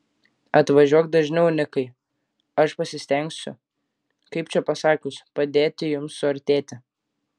atvažiuok dažniau nikai aš pasistengsiu kaip čia pasakius padėti jums suartėti